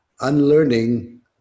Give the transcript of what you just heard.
unlearning